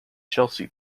chelsea